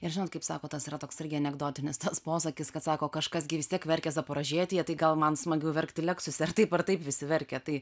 ir žinot kaip sako tas yra toks irgi anekdotinis tas posakis kad sako kažkas gi vis tiek verkia zaporožietyje tai gal man smagiau verkti leksuse ar taip ar taip visi verkia tai